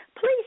please